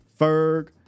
Ferg